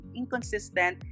inconsistent